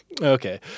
Okay